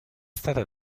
stata